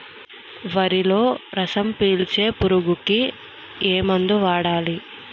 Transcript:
వరిలో రసం పీల్చే పురుగుకి ఏ మందు వాడాలి?